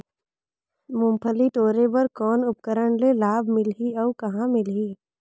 मुंगफली टोरे बर कौन उपकरण ले लाभ मिलही अउ कहाँ मिलही?